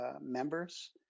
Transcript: members